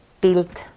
build